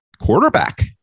Quarterback